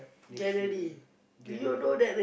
next year January